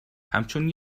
همچون